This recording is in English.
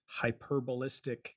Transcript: hyperbolistic